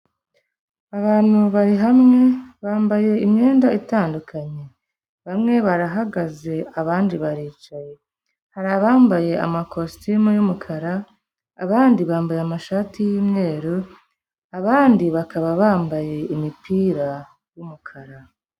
Abantu bari hamwe, bambaye imyenda itandukanye, bamwe barahagaze abandi baricaye, hari abambaye amakositimu y'umukara, abandi bambaye amashati y'umweru abandi bakaba bambaye imipira y'umukara.